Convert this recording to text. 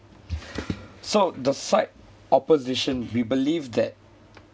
so the side opposition we believe that